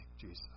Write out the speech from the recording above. Jesus